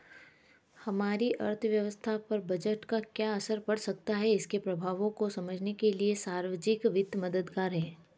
हमारी अर्थव्यवस्था पर बजट का क्या असर पड़ सकता है इसके प्रभावों को समझने के लिए सार्वजिक वित्त मददगार है